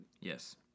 yes